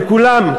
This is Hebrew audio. וכולם,